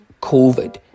COVID